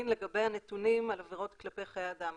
לגבי הנתונים על עבירות כלפי חיי אדם.